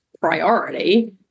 priority